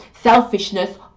selfishness